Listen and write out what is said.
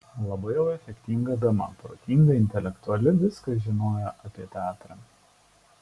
labai jau efektinga dama protinga intelektuali viską žinojo apie teatrą